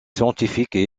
scientifiques